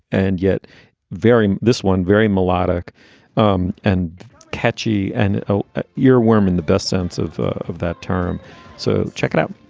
and yet very this one very melodic um and catchy and ah ah earworm in the best sense of of that term so check it out.